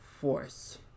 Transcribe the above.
force